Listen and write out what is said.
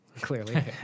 clearly